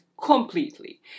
completely